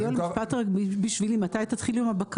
אז יואל, משפט רק בשבילי מתי תתחילו עם הבקרה?